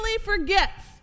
forgets